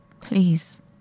Please